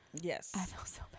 Yes